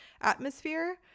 atmosphere